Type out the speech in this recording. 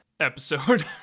episode